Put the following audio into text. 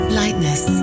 lightness